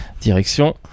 direction